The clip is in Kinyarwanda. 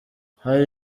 hari